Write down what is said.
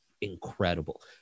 incredible